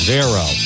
Zero